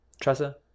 Tressa